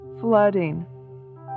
flooding